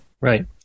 right